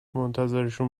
منتظرشون